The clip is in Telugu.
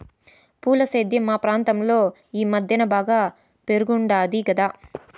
పూల సేద్యం మా ప్రాంతంలో ఈ మద్దెన బాగా పెరిగుండాది కదా